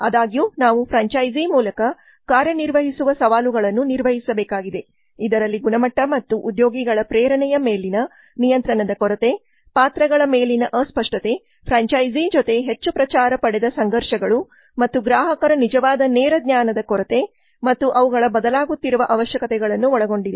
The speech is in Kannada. ಆದಾಗ್ಯೂ ನಾವು ಫ್ರ್ಯಾಂಚೈಸೀ ಮೂಲಕ ಕಾರ್ಯನಿರ್ವಹಿಸುವ ಸವಾಲುಗಳನ್ನು ನಿರ್ವಹಿಸಬೇಕಾಗಿದೆ ಇದರಲ್ಲಿ ಗುಣಮಟ್ಟ ಮತ್ತು ಉದ್ಯೋಗಿಗಳ ಪ್ರೇರಣೆಯ ಮೇಲಿನ ನಿಯಂತ್ರಣದ ಕೊರತೆ ಪಾತ್ರಗಳ ಮೇಲಿನ ಅಸ್ಪಷ್ಟತೆ ಫ್ರ್ಯಾಂಚೈಸೀ ಜೊತೆ ಹೆಚ್ಚು ಪ್ರಚಾರ ಪಡೆದ ಸಂಘರ್ಷಗಳು ಮತ್ತು ಗ್ರಾಹಕರ ನಿಜವಾದ ನೇರ ಜ್ಞಾನದ ಕೊರತೆ ಮತ್ತು ಅವುಗಳ ಬದಲಾಗುತ್ತಿರುವ ಅವಶ್ಯಕತೆಗಳನ್ನು ಒಳಗೊಂಡಿದೆ